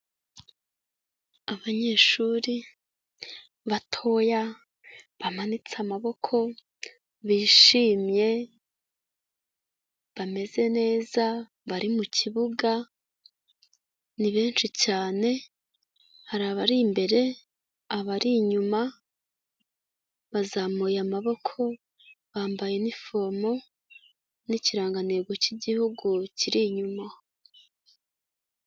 Abanyeshuri batoya bamanitse amaboko, bishimye bameze neza bari mu kibuga, ni benshi cyane, hari abari imbere abari inyuma, bazamuye amaboko bambaye inifomo, n'ikirangantego cy'igihugu kiri inyuma.